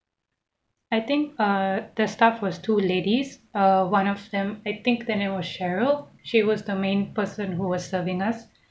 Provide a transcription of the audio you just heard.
I think err the stuff was two ladies uh one of them I think that it was cheryl she was the main person who was serving us